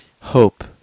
hope